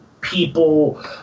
people